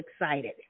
excited